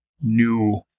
new